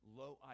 low